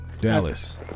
Dallas